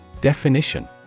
Definition